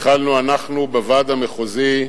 התחלנו אנחנו, בוועד המחוזי,